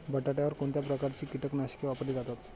बटाट्यावर कोणत्या प्रकारची कीटकनाशके वापरली जातात?